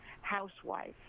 housewife